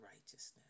righteousness